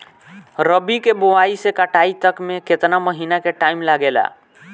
रबी के बोआइ से कटाई तक मे केतना महिना के टाइम लागेला?